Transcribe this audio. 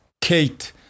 Kate